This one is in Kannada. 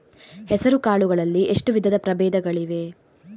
ಹೆಸರುಕಾಳು ಗಳಲ್ಲಿ ಎಷ್ಟು ವಿಧದ ಪ್ರಬೇಧಗಳಿವೆ?